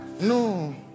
No